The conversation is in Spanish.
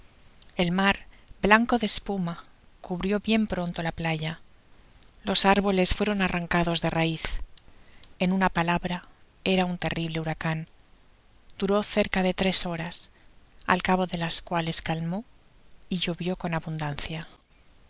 el mar blanco de espuma cubrió bien pronto la playa los árboles fueron arraneados de raiz en una palabra era un terrible huracan duró cerca de tres boras al cabo de las cuales calmó y llovio con abun